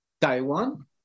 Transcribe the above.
Taiwan